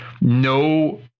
no